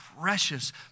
precious